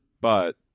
But-